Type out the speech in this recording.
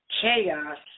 chaos